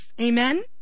Amen